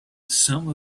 some